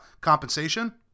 compensation